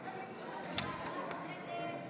54 בעד, 61 נגד.